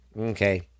Okay